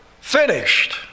finished